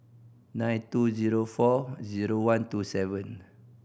nine two zero four zero one two seven